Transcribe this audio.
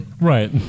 Right